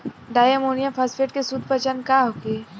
Di ammonium phosphate के शुद्ध पहचान का होखे?